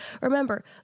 Remember